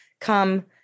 come